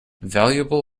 valuable